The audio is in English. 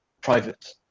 private